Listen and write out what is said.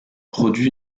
produit